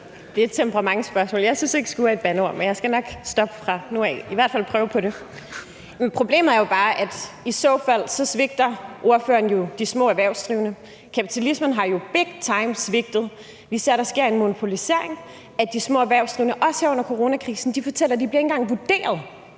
Det er et temperamentsspørgsmål. Jeg synes ikke, »sgu« er et bandeord, men jeg skal nok stoppe fra nu af – i hvert fald prøve på det. Men problemet er jo bare, at i så fald svigter ordføreren jo de små erhvervsdrivende. Kapitalismen har jo big time svigtet. Vi ser, der sker en monopolisering, at de små erhvervsdrivende også her under coronakrisen fortæller, at de ikke engang bliver vurderet.